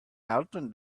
until